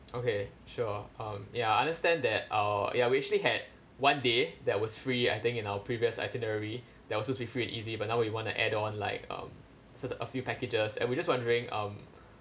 okay sure um ya I understand that uh ya we actually had one day that was free I think in our previous itinerary that was supposed to be free and easy but now we want to add on like um sort of a few packages and we were just wondering um